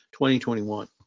2021